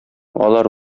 алар